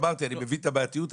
אמרתי שאני מבין את הבעייתיות,